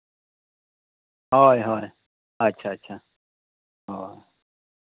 ᱦᱳᱭ ᱦᱳᱭ ᱟᱪᱪᱷᱟ ᱟᱪᱪᱷᱟ ᱦᱳᱭ